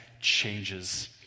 changes